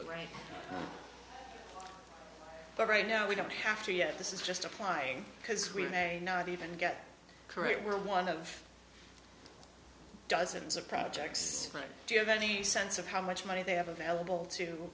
the rain but right now we don't have to yet this is just applying because we may not even get current we're one of dozens of projects do you have any sense of how much money they have available to